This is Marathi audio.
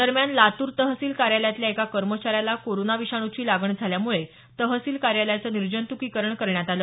दरम्यान लातूर तहसील कार्यालयातल्या एका कर्मचाऱ्याला कोरोना विषाणुची लागण झाल्यामुळे तहसील कार्यालयाचं निर्जंत्कीकरण करण्यात आलं